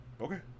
Okay